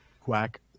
Quack